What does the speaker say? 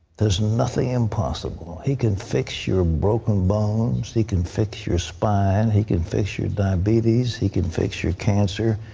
there is nothing impossible. he can fix your broken bones. he can fix your spine. he can fix your diabetes. he can fix your cancer.